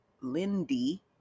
Lindy